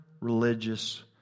religious